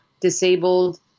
disabled